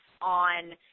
on